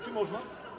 Czy można?